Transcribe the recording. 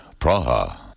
Praha